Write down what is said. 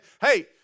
hey